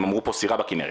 הם אמרו פה סירה בכנרת,